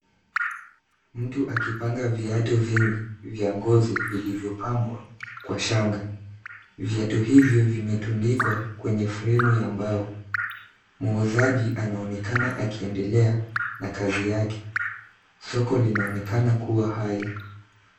Mtu akipanga viatu vingi vya ngozi vilivyopambwa kwa shanga. Viatu hivyo vimetundikwa kwenye fremu ya mbao. Muuzaji anaonekana akiendelea na kazi yake. Soko linaonekana kuwa hai.